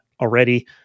already